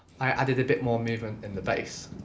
i added a bit more movement in the bass.